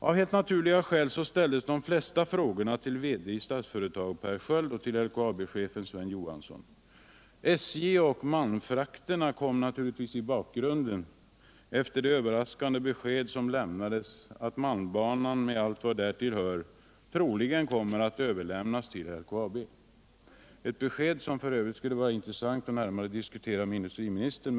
Av helt naturliga skäl ställdes de flesta frågorna till VD i Statsföretag, Per Sköld, och till LKAB-chefen Sven Johansson. SJ och att upprätthålla Sysselsättningen Norrbotten i malmfrakterna kommer naturligtvis i bakgrunden efter det överraskande besked som lämnades, nämligen att malmbanan med allt vad därtill hör troligen kommer att överlämnas till LKAB. Detta är ett besked som det f. ö. skulle vara intressant att närmare diskutera med industriministern.